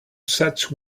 such